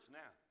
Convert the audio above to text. now